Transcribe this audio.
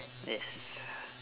yes